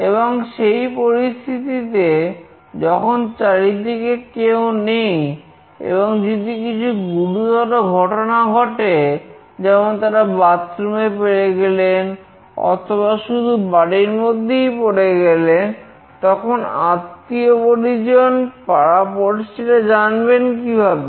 এবং সেই রকম পরিস্থিতিতে যখন চারিদিকে কেউ নেই এবং যদি কিছু গুরুতর ঘটনা ঘটে যেমন তারা বাথরুমে পড়ে গেলেন অথবা শুধু বাড়ির মধ্যে পড়ে গেলেন তখন আত্মীয় পরিজন পাড়াপড়শিরা জানবেন কিভাবে